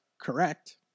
Correct